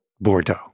Bordeaux